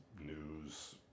news